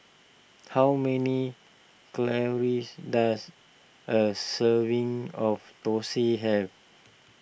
how many calories does a serving of Thosai have